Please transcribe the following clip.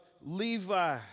Levi